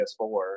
PS4